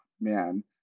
man